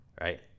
Right